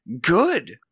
good